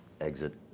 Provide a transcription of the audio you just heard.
exit